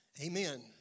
Amen